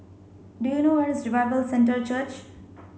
do you know where is Revival Centre Church